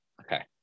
okay